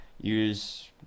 use